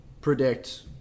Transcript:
Predict